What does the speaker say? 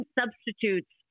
substitutes